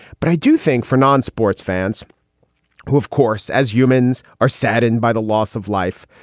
but i do think for non-sports fans who, of course, as humans are saddened by the loss of life,